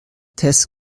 tess